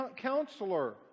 counselor